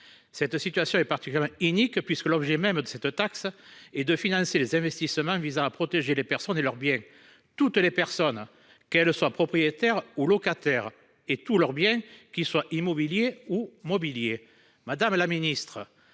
Cette situation est particulièrement inique, puisque l'objet même de cette taxe est de financer les investissements visant à protéger les personnes et leurs biens, c'est-à-dire toutes les personnes, qu'elles soient propriétaires ou locataires, et tous leurs biens, qu'ils soient immobiliers ou mobiliers. Madame secrétaire